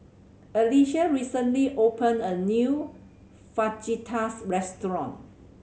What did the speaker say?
Alicia recently opened a new Fajitas restaurant